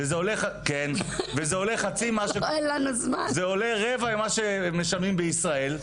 זה עולה רבע ממה שמשלמים בישראל.